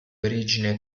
origine